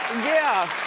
yeah.